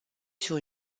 sur